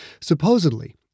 Supposedly